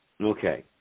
Okay